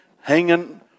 hanging